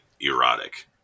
erotic